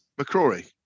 McCrory